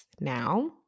now